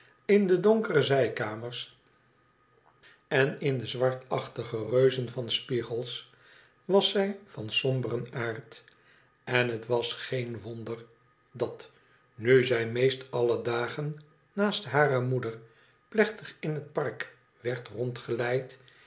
in de donkere zijkamers en in de zwartachtige reuzen van spiegels was zij van somberen aard en het was geen wonder dat nu zij meest alle dagen naast hare moeder plechtig in het park werd rondgeleid